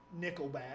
nickelback